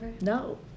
No